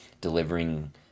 delivering